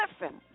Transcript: Listen